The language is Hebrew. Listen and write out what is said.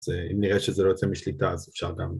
‫אם נראה שזה לא יוצא משליטה, ‫אז אפשר גם...